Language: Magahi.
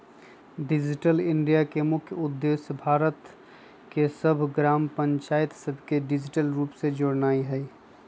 डिजिटल इंडिया के मुख्य उद्देश्य भारत के सभ ग्राम पञ्चाइत सभके डिजिटल रूप से जोड़नाइ हइ